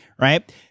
right